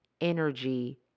energy